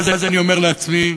ואז אני אומר לעצמי: